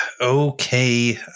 Okay